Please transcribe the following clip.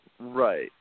Right